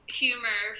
humor